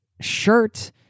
shirt